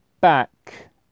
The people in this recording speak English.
back